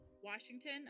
Washington